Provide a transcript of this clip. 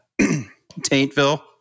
Taintville